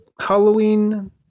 Halloween